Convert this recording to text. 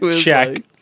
check